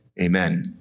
amen